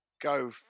go